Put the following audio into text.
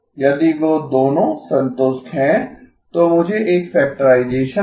यदि वो दोनों संतुष्ट हैं तो मुझे एक फैक्टराइजेसन मिला